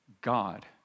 God